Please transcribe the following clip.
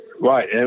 right